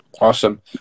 Awesome